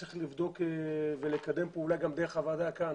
צריך לבדוק ולקדם פעולה גם דרך הוועדה כאן.